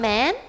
Man